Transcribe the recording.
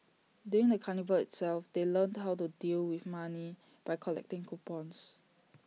during the carnival itself they learnt how to deal with money by collecting coupons